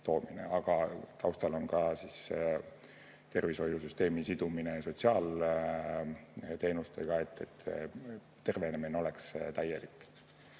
Aga taustal on ka tervishoiusüsteemi sidumine sotsiaalteenustega, et tervenemine oleks täielik.